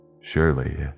Surely